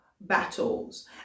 battles